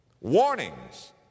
Warnings